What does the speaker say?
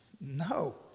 no